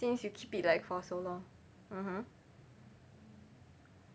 since you keep it like for so long mmhmm